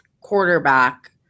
quarterback